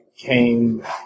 came